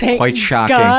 quite shocking.